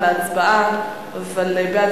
ההצעה להעביר את